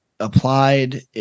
Applied